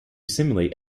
simulate